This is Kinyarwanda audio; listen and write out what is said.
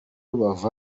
rubavu